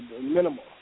minimal